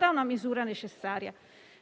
quindi una misura necessaria.